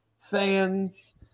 fans